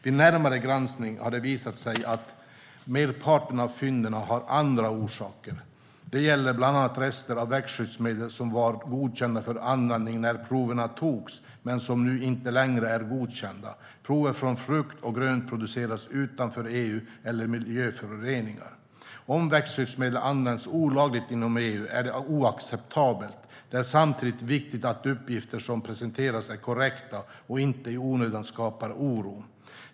Vid närmare granskning har det visat sig att merparten av fynden har andra orsaker. Det gäller bland annat rester av växtskyddsmedel som var godkända för användning när proven togs men som nu inte längre är godkända, prover från frukt och grönt producerat utanför EU, eller miljöföroreningar. Om växtskyddsmedel används olagligt inom EU är det oacceptabelt. Det är samtidigt viktigt att uppgifter som presenteras är korrekta och inte i onödan skapar oro.